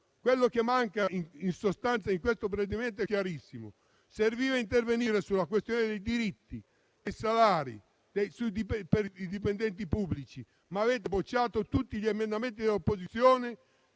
ciò che manca nel provvedimento è chiarissimo. Serviva intervenire sulla questione dei diritti e dei salari dei dipendenti pubblici, ma avete bocciato tutti gli emendamenti dell'opposizione